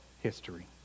history